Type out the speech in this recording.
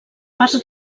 parts